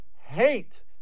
hate